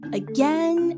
again